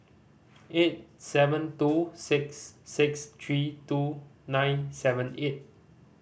eight seven two six six three two nine seven eight